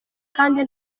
kandi